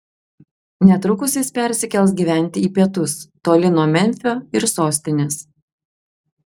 netrukus jis persikels gyventi į pietus toli nuo memfio ir sostinės